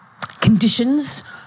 conditions